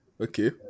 Okay